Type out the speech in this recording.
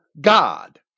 God